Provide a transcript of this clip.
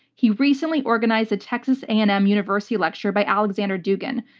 he recently organized a texas a and m university lecture by alexsandr dugin,